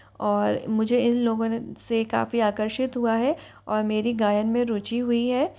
और मुझे इन लोगों ने से काफ़ी आकर्षित हुआ है और मेरी गायन में रुचि हुई है